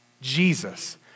Jesus